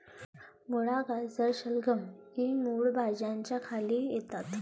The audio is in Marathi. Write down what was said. मुळा, गाजर, शलगम इ मूळ भाज्यांच्या खाली येतात